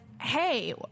hey